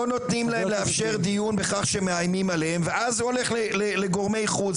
לא נותנים להם לאפשר דיון בכך שמאיימים עליהם ואז זה הולך לגורמי חוץ.